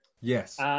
Yes